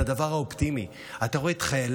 את הדבר האופטימי: אתה רואה את חיילינו,